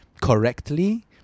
correctly